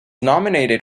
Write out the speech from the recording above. nominated